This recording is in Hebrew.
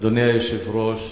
אדוני היושב-ראש,